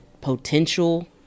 potential